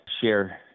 share